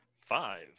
Five